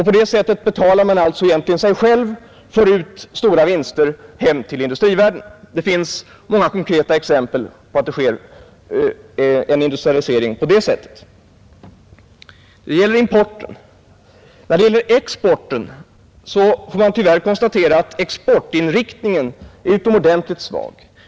På det sättet betalar man alltså egentligen sig själv — man för ut stora vinster hem till industrivärlden. Det finns många konkreta exempel på att det sker en industrialisering på det sättet. Detta avser importen. När det gäller exporten får man tyvärr konstatera att exportinriktningen är utomordentligt svag.